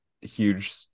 huge